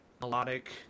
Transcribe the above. melodic